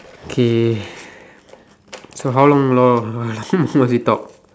okay so how long more must we talk